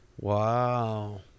Wow